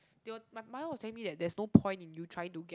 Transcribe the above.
they will my mother was telling me that there's no point in you trying to get